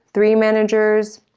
three managers,